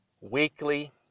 weekly